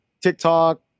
TikTok